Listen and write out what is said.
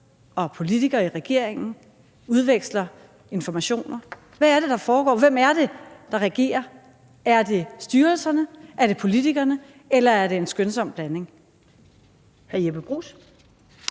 og politikere i regeringen udveksler informationer? Hvad er det, der foregår? Hvem er det, der regerer? Er det styrelserne? Er det politikerne? Eller er det en skønsom blanding?